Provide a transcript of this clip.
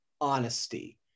honesty